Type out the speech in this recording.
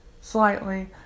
slightly